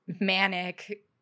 manic